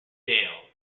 dale